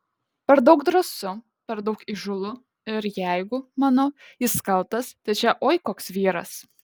per daug drąsu per daug įžūlu ir jeigu manau jis kaltas tai čia oi koks vyras